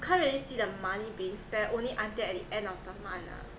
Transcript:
can't really see the money being spent only until at the end of the month ah